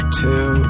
two